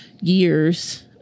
years